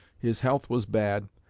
his health was bad,